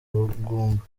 ubugumba